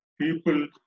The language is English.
people